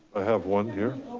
i have one here,